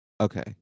okay